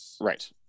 Right